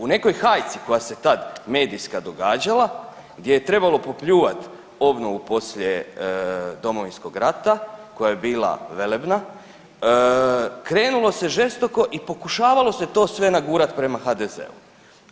U nekoj hajci koja se tad medijska događala, gdje je trebalo popljuvati obnovu poslije Domovinskog rata koja je bila velebna krenulo se žestoko i pokušavalo se to sve nagurati prema HDZ-u.